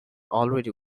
already